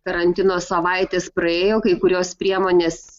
karantino savaitės praėjo kai kurios priemonės